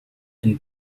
and